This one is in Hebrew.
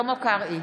שלמה קרעי,